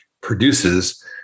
produces